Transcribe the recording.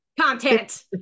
Content